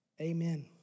amen